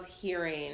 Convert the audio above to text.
hearing